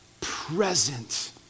Present